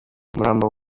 umurambo